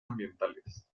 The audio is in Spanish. ambientales